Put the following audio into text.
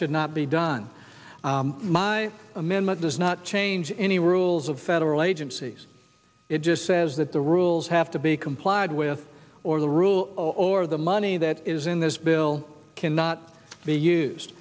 should not be done my amendment does not change any rules of federal agencies it just says that the rules have to be complied with or the rule or the money that is in this bill cannot be used